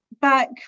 Back